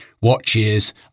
watches